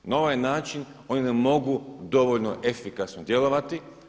Na ovaj način oni ne mogu dovoljno efikasno djelovati.